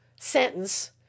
sentence